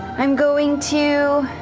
i'm going to